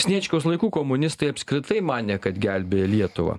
sniečkaus laikų komunistai apskritai manė kad gelbėja lietuvą